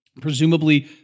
presumably